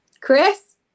Chris